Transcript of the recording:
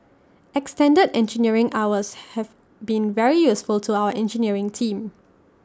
extended engineering hours have been very useful to our engineering team